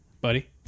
buddy